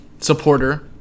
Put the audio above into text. Supporter